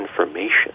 information